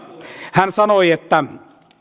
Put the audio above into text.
hän sanoi että